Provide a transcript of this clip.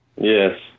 Yes